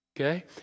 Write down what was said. Okay